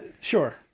sure